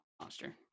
Monster